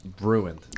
ruined